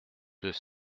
deux